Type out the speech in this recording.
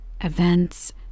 events